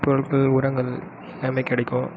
பொருட்கள் உரங்கள் எல்லாமே கிடைக்கும்